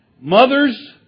mothers